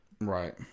Right